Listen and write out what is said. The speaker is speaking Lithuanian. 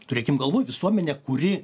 turėkim galvoj visuomenė kuri